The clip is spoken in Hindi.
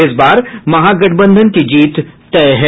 इस बार महागठबंधन की जीत तय है